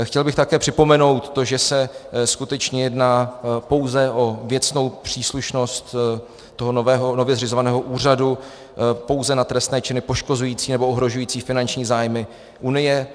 Chtěl bych také připomenout to, že se skutečně jedná pouze o věcnou příslušnost toho nově zřizovaného úřadu pouze na trestné činy poškozující nebo ohrožující finanční zájmy Unie.